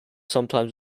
sometimes